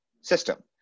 system